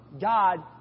God